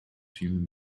human